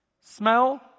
Smell